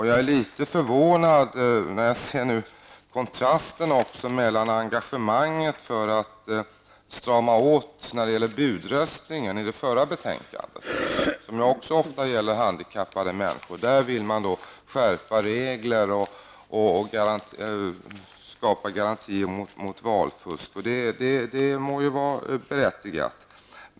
Jag blir litet förvånad över skillnaderna i engagemang. I det förra betänkandet som handlade om att strama åt budröstningen, en fråga som ju ofta gäller handikappade människor, vill man skärpa reglerna och skapa garantier mot valfusk. Det må vara berättigat.